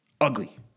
Ugly